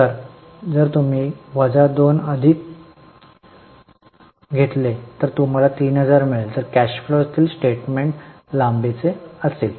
तर जर तुम्ही वजा २ अधिक घेतले तर तुम्हाला 3000 मिळेल तर कॅश फ्लोातील स्टेटमेन्ट लांबीचे असेल